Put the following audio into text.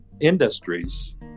industries